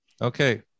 Okay